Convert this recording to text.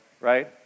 right